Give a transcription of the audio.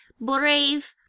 brave